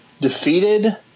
defeated